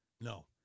No